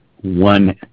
one